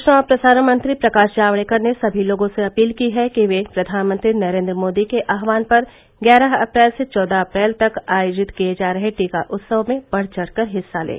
सूचना और प्रसारण मंत्री प्रकाश जावडेकर ने समी लोगों से अपील की है कि वे प्रधानमंत्री नरेन्द्र मोदी के आहवान पर ग्यारह अप्रैल से चौदह अप्रैल तक आयोजित किए जा रहे टीका उत्सव में बढ़चढ़ कर हिस्सा लें